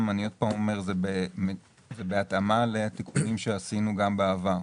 זה בהתאמה לתיקונים שעשינו גם בעבר.